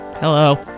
Hello